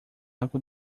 água